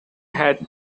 had